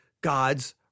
God's